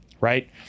right